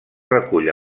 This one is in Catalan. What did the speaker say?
recull